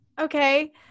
Okay